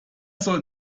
soll